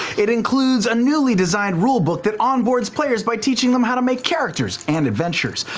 it includes a newly designed rule book that onboards players by teaching them how to make characters and adventures.